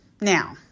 Now